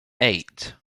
eight